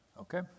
Okay